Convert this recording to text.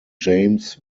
james